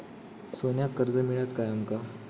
सोन्याक कर्ज मिळात काय आमका?